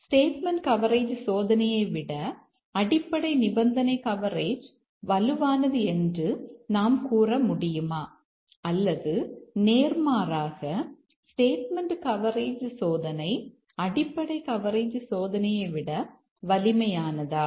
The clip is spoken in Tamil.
ஸ்டேட்மெண்ட் கவரேஜ் சோதனையை விட அடிப்படை நிபந்தனை கவரேஜ் வலுவானது என்று நாம் கூற முடியுமா அல்லது நேர்மாறாக ஸ்டேட்மெண்ட் கவரேஜ் சோதனை அடிப்படை கவரேஜ் சோதனையை விட வலிமையானதா